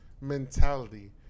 mentality